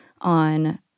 on